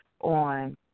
on